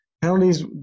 penalties